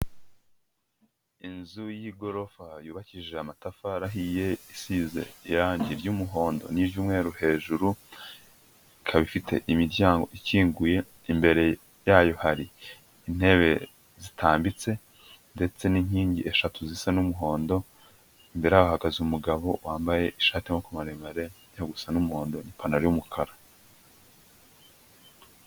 Inzu y'igorofa yubakije amatafarihiye, isize irangi ry'umuhondo n'iry'umweru hejuru, ika ifite imiryango ikinguye, imbere yayo hari intebe zitambitse ndetse n'inkingi eshatu zisa n'umuhondo, imbere yaho hahagaze umugabo wambaye ishati y'amaboko mareremare ijya gusa n'umuhondo n'ipantaro y'umukara.